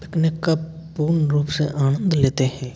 picnic का पूर्ण रूप से आनंद लेते हैं